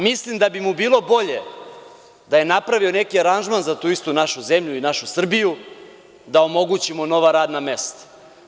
Mislim da bi mu bilo bolje da je napravio neki aranžman za tu istu našu zemlju, Srbiju, da omogućimo nova radna mesta.